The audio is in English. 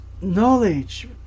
knowledge